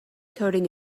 coding